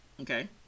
okay